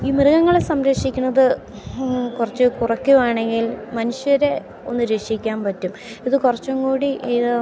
ഈ മൃഗങ്ങളെ സംരക്ഷിക്കണത് കുറച്ച് കുറയ്ക്കുകയാണെങ്കിൽ മനുഷ്യരെ ഒന്നു രക്ഷിക്കാൻ പറ്റും ഇത് കുറച്ചുംകൂടി ഇത്